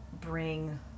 bring